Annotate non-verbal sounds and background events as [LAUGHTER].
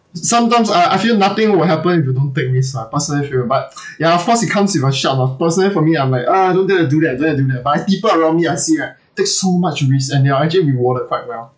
sometimes I I feel nothing will happen if you don't take risk lah personally feel but [NOISE] ya of course it comes with a shot lor personally for me I'm like ah I don't dare to do that don't dare to do that but people around me I see right take so much risks and they are actually rewarded quite well